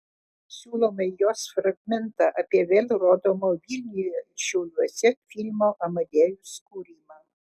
siūlome jos fragmentą apie vėl rodomo vilniuje ir šiauliuose filmo amadeus kūrimą